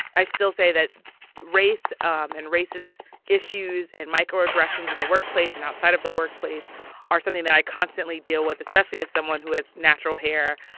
i still say that race um and racist issues and microaggressions in the workplace and outside of the workplace are something that i constantly deal with, especially as someone who has natural hair,